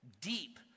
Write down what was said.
deep